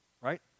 right